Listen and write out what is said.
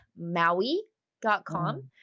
Maui.com